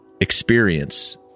experience